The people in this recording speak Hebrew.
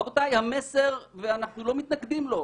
רבותיי, אנחנו לא מתנגדים למסר.